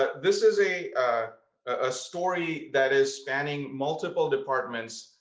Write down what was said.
ah this is a ah ah story that is spanning multiple departments.